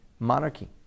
Monarchy